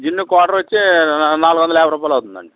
జిన్ quarter వచ్చి నాలుగు వందల యాబై రూపాయలు అవుతుందండి